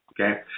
okay